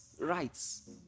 rights